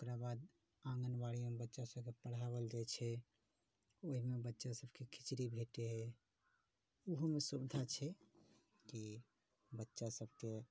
ओकरा बाद आङ्गनबाड़ीमे बच्चा सबके पढ़ाओल जाइ छै ओहिमे बच्चा सबके खिचड़ी भेटै हइ ओहूमे सुविधा छै कि बच्चा सबके